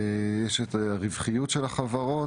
יש את הרווחיות של החברות,